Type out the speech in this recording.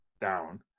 down